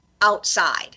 outside